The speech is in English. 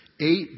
Eight